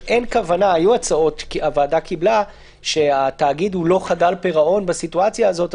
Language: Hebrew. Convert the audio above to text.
היו הצעות שהתאגיד הוא לא חדל פירעון בסיטואציה זאת.